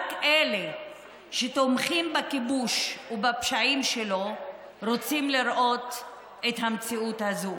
שרק אלה שתומכים בכיבוש ובפשעים שלו רוצים לראות את המציאות הזאת.